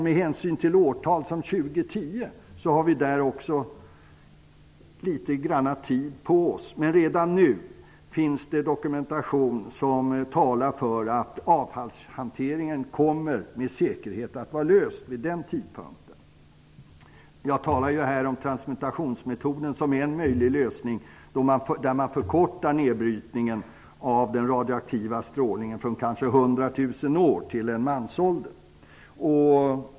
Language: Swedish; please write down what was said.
Med tanke på ett årtal som år 2010 har vi också litet tid på oss, men redan nu finns det dokumentation som talar för att problemet med avfallshanteringen med säkerhet kommer att vara löst vid den tidpunkten. Jag talar om transmutationsmetoden. Den är en möjlig lösning. Den innebär att nedbrytningen av den radioaktiva strålningen förkortas från kanske 100 000 år till en mansålder.